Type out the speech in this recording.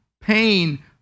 pain